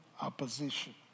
opposition